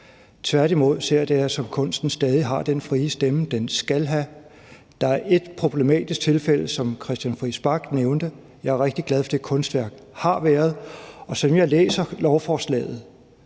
Tværtimod ser jeg sådan på det her, at kunsten stadig har den frie stemme, den skal have. Der er ét problematisk tilfælde, som hr. Christian Friis Bach nævnte. Jeg er rigtig glad for, at det kunstværk har været der, og som jeg læser lovforslaget,